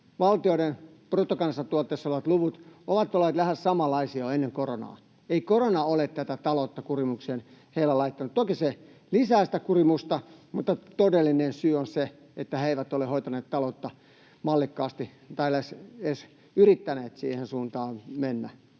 valtioiden bruttokansantuotteissa olevat luvut ovat olleet lähes samanlaisia jo ennen koronaa. Ei korona ole tätä taloutta kurimukseen heillä laittanut. Toki se lisää sitä kurimusta, mutta todellinen syy on se, että he eivät ole hoitaneet talouttaan mallikkaasti tai edes yrittäneet siihen suuntaan mennä.